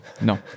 No